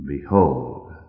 Behold